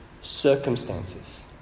circumstances